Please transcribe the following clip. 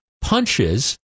punches